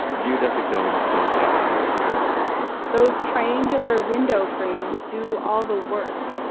geodesic domes don't have any support beams those triangular window frames do all the work.